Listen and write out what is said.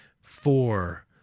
four